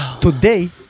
Today